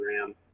RAM